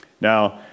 Now